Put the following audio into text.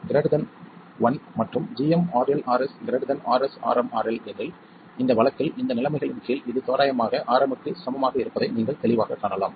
gmRm1 மற்றும் gmRLRsRsRmRL எனில் இந்த வழக்கில் இந்த நிலைமைகளின் கீழ் இது தோராயமாக Rm க்கு சமமாக இருப்பதை நீங்கள் தெளிவாகக் காணலாம்